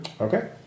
Okay